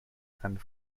and